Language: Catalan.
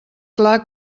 clar